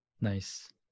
Nice